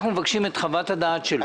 אנחנו מבקשים את חוות הדעת שלו.